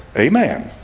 a man,